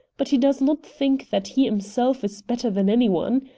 but he does not think that he himself is better than any one.